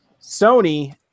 Sony